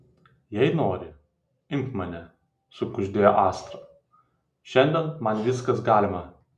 jei nori imk mane sukuždėjo astra šiandien man viskas galima